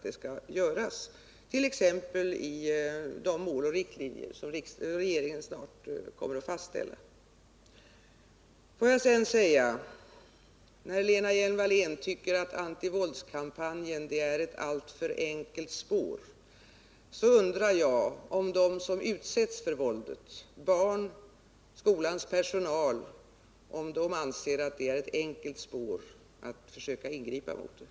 Jag avser då t.ex. de mål och riktlinjer som riksdagen snart kommer att fastställa. Lena Hjelm-Wallén tycker att antivåldskampanjen är ett alltför enkelt spår. Men jag undrar om de som utsätts för våldet — barnen och skolans personal — anser att det är enkelspårigt att försöka ingripa mot våldet.